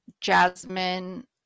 jasmine